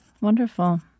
Wonderful